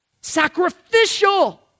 sacrificial